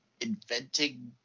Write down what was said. inventing